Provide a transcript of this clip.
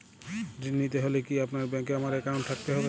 ঋণ নিতে হলে কি আপনার ব্যাংক এ আমার অ্যাকাউন্ট থাকতে হবে?